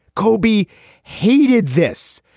kobe hated this,